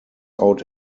out